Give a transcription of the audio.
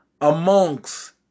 amongst